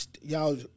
y'all